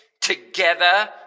Together